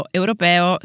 europeo